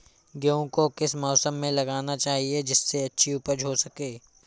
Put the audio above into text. गेहूँ को किस मौसम में लगाना चाहिए जिससे अच्छी उपज हो सके?